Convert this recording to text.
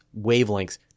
wavelengths